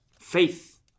Faith